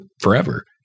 forever